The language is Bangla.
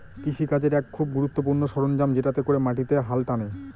কৃষি কাজের এক খুব গুরুত্বপূর্ণ সরঞ্জাম যেটাতে করে মাটিতে হাল টানে